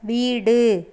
வீடு